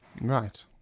Right